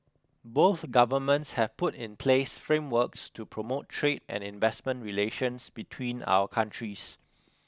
both governments have put in place frameworks to promote trade and investment relations between our countries